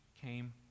came